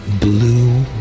blue